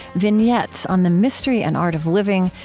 vignettes on the mystery and art of living,